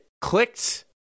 clicked